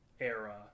era